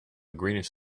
greenish